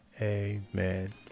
amen